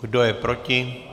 Kdo je proti?